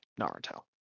Naruto